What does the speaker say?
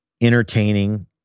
entertaining